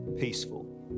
peaceful